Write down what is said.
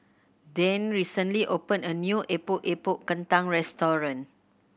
Deane recently opened a new Epok Epok Kentang restaurant